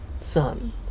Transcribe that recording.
Son